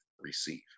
receive